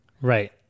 Right